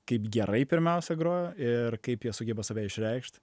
kaip gerai pirmiausia grojo ir kaip jie sugeba save išreikšt